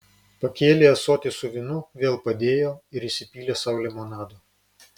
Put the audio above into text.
pakėlė ąsotį su vynu vėl padėjo ir įsipylė sau limonado